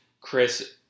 Chris